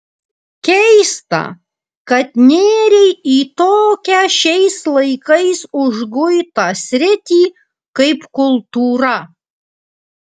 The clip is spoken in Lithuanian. keista kad nėrei į tokią šiais laikais užguitą sritį kaip kultūra